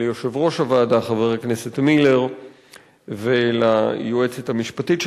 ליושב-ראש הוועדה חבר הכנסת אלכס מילר וליועצת המשפטית של